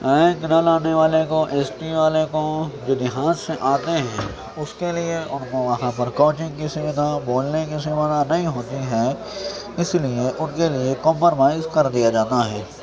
rank نہ لانے والے کو ایس ٹی والے کو جو دیہات سے آتے ہیں اس کے لیے ان کو وہاں پر کوچنگ کی سودھا بولنے کی سودھا نہیں ہوتی ہے اس لیے ان کے لیے کمپرومائز کر دیا جانا ہے